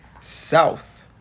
South